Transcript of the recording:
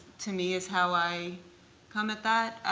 to me, is how i come at that.